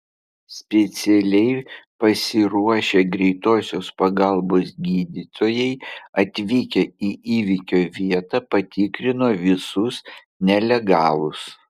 specialiai pasiruošę greitosios pagalbos gydytojai atvykę į įvykio vietą patikrino visus nelegalus